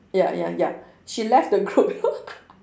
ya ya ya she left the group